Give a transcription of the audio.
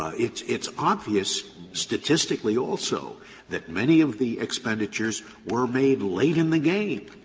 ah it's it's obvious statistically also that many of the expenditures were made late in the game,